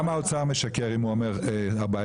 גם האוצר משקר אם הוא אומר 14 מיליארד.